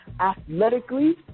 athletically